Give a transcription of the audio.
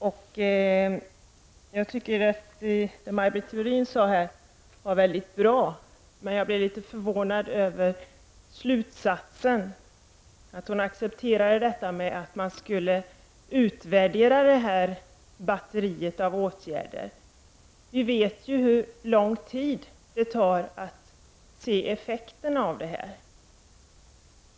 Det som Maj Britt Theorin sade var mycket bra, men jag blev förvånad över hennes slutsats, när hon accepterade att detta batteri av åtgärder skulle utvärderas. Vi vet ju hur lång tid det tar innan man ser effekterna.